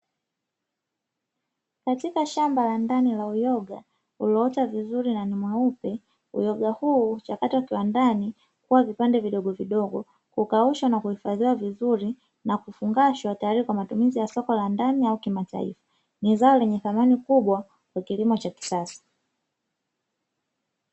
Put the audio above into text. Katika shamba la ndani la uyoga ulioota vizuri na ni mweupe. Uyoga huu huchakatwa kiwandani kuwa vipande vidogovidogo, hukaushwa na kuhifadhiwa vizuri na kufungashwa tayari kwa matumizi ya soko la ndani au la kimataifa. Ni zao lenye thamani kubwa kwa kilimo cha kisasa.